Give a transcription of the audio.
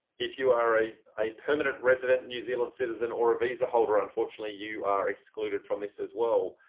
if you are a a permanent resident in new zealand citizen or a visa holder unfortunately, you are excluded from this as well.